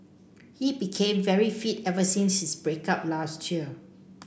he became very fit ever since his break up last year